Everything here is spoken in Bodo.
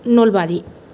नलबारि